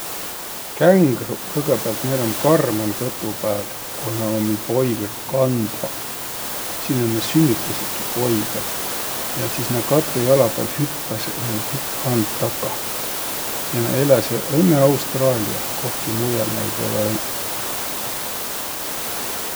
Kängruq, kõgõpäält näil um karman kõtu pääl, koh nä ummi poigõ kandvaq. Sinnäq nä sünnütäseki poigõ. Ja sis nä katõ jala pääl hüppäseq ja näil um pikk hand takah. Ja nä eläseq õnnõ Austraaliah, kohki muial näid olõ-õiq.